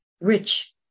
rich